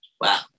Wow